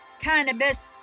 Cannabis